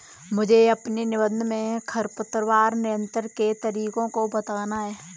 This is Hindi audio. मुझे अपने निबंध में खरपतवार नियंत्रण के तरीकों को बताना है